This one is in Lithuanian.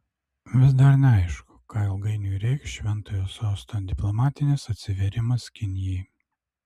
vis dar neaišku ką ilgainiui reikš šventojo sosto diplomatinis atsivėrimas kinijai